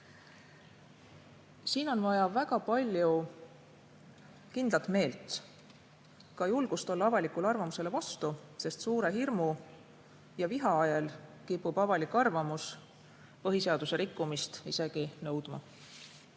Siin on vaja väga palju kindlat meelt, ka julgust olla avalikule arvamusele vastu, sest suure hirmu ja viha ajel kipub avalik arvamus põhiseaduse rikkumist isegi nõudma.